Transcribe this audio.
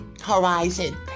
Horizon